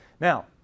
Now